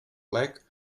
plec